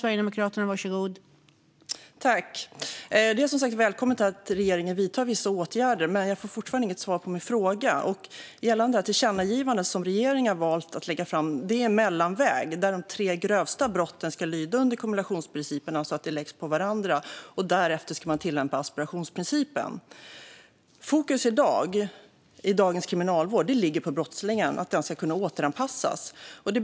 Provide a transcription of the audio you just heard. Fru talman! Det är som sagt välkommet att regeringen vidtar vissa åtgärder, men jag får fortfarande inget svar på min fråga. Riksdagen har i sitt tillkännagivande valt en mellanväg där de tre grövsta brotten ska lyda under kombinationsprincipen så att de läggs på varandra. Därefter ska asperationsprincipen tillämpas. Fokus i dagens kriminalvård ligger på att brottslingen ska kunna återanpassas.